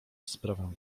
sprawę